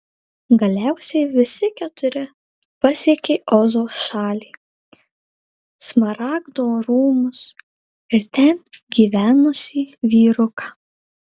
galiausiai visi keturi pasiekė ozo šalį smaragdo rūmus ir ten gyvenusį vyruką